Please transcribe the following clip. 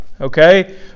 okay